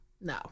no